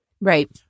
Right